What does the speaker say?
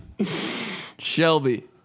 Shelby